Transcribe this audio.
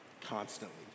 Constantly